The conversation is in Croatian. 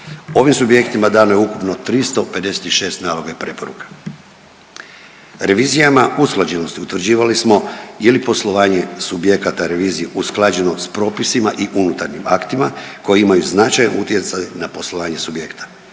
Ovim subjektima dano je ukupno 356 naloga i preporuka. Revizijama usklađenosti utvrđivali smo je li poslovanje subjekata revizije usklađeno s propisima i unutarnjim aktima koji imaju značajan utjecaj na poslovanje subjekta.